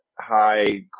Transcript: high